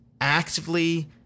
Actively